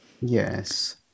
yes